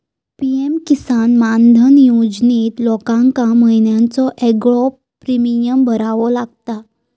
PM Kisan Maandhan योजनेत लोकांका महिन्याचो येगळो प्रीमियम भरावो लागता